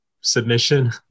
submission